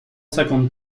cinquante